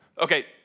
okay